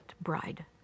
bride